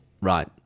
Right